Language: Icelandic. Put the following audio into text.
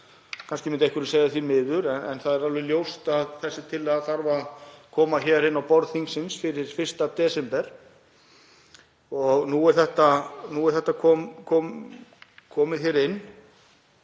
Kannski myndi einhver segja því miður, en það er alveg ljóst að þessi tillaga þarf að koma inn á borð þingsins fyrir 1. desember. Nú er þetta komið hér inn